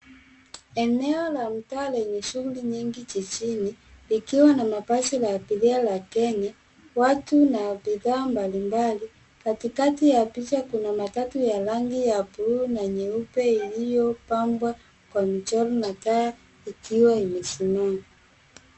Eneo la mtaa lenye shughuli nyingi jijini likiwa na mabasi la abiria la Kenya watu na bidhaa mbalimbali. Katikati Ya picha kuna matatu ya rangi ya bluu na nyeupe iliyopangwa kwa mchoro na taya likiwa limesimama.